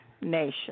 nation